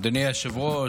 אדוני היושב-ראש,